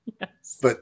Yes